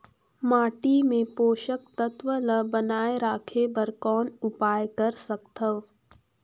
माटी मे पोषक तत्व ल बनाय राखे बर कौन उपाय कर सकथव?